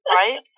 right